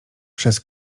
przez